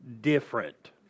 different